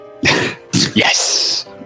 Yes